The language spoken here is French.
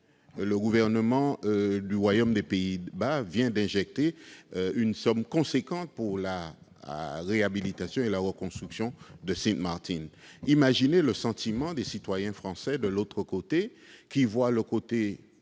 le gouvernement du Royaume des Pays-Bas vient d'injecter une somme importante pour la réhabilitation et la reconstruction de Sint Maarten. Imaginez ce que ressentent les citoyens français de l'autre côté de la